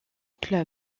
club